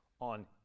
on